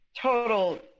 total